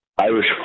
Irish